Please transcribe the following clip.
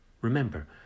Remember